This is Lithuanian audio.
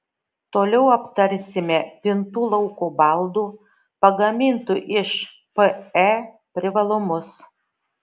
toliau aptarsime pintų lauko baldų pagamintų iš pe privalumus